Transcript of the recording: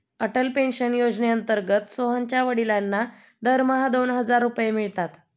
Atal pension योजनेअंतर्गत सोहनच्या वडिलांना दरमहा दोन हजार रुपये मिळतात